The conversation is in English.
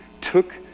took